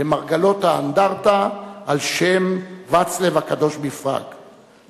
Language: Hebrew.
למרגלות האנדרטה על-שם ואצלב הקדוש בפראג,